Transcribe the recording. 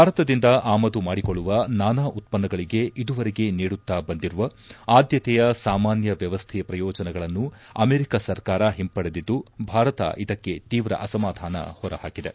ಭಾರತದಿಂದ ಆಮದು ಮಾಡಿಕೊಳ್ಳುವ ನಾನಾ ಉತ್ಪನ್ನಗಳಿಗೆ ಇದುವರೆಗೆ ನೀಡುತ್ತ ಬಂದಿರುವ ಆದ್ದತೆಯ ಸಾಮಾನ್ಯ ವ್ಚವಸ್ಟೆ ಪ್ರಯೋಜನಗಳನ್ನು ಅಮೆರಿಕ ಸರ್ಕಾರ ಹಿಂಪಡೆದಿದ್ದು ಭಾರತ ಇದಕ್ಕೆ ತೀವ್ರ ಅಸಮಾದಾನ ಹೊರಹಾಕಿದೆ